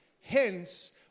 Hence